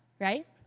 right